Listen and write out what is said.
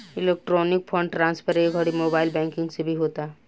electronic fund transfer ए घड़ी mobile banking से भी होता